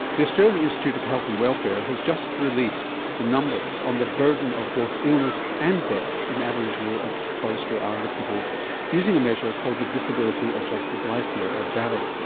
the australian institute of health and welfare has just released the numbers on the burden of both illness and death in aboriginal and torres strait islander people using a measure called the disability adjusted life year or daly,